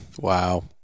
Wow